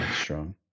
Strong